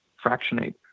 fractionate